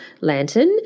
lantern